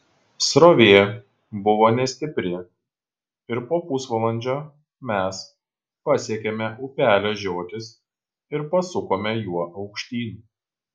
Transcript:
srovė buvo nestipri ir po pusvalandžio mes pasiekėme upelio žiotis ir pasukome juo aukštyn